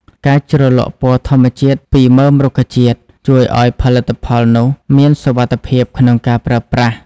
ការជ្រលក់ពណ៌ធម្មជាតិពីមើមរុក្ខជាតិ ជួយឱ្យផលិតផលនោះមានសុវត្ថិភាពក្នុងការប្រើប្រាស់។